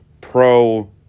pro